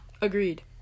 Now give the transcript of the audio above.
Agreed